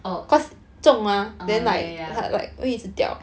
oh uh yeah yeah yeah